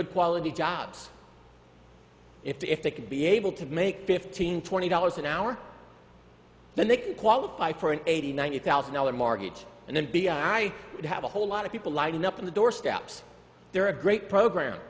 good quality jobs if they could be able to make fifteen twenty dollars an hour then they can qualify for an eighty ninety thousand dollar mortgage and then be i would have a whole lot of people lining up on the doorsteps there are a great program